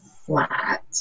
flat